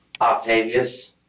Octavius